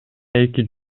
эки